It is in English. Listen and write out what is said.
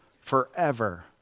forever